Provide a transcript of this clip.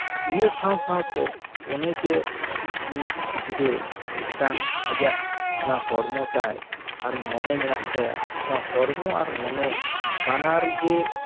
ᱤᱱᱟᱹ ᱥᱟᱶ ᱥᱟᱶᱛᱮ ᱚᱱᱮ ᱡᱮ ᱩᱱᱤ ᱜᱤᱫᱽᱨᱟᱹ ᱢᱤᱫᱴᱟᱱ ᱟᱡᱟᱜ ᱚᱱᱟ ᱦᱚᱲᱢᱚ ᱛᱟᱭ ᱟᱨ ᱢᱚᱱᱮ ᱢᱮᱱᱟᱜ ᱛᱟᱭᱟ ᱚᱱᱟ ᱦᱚᱲᱢᱚ ᱟᱨ ᱢᱚᱱᱮ ᱵᱟᱱᱟᱨᱜᱮ